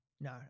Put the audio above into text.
No